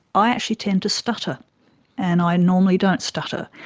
i actually tend to stutter and i normally don't stutter.